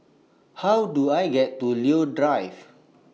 How Do I get to Leo Drive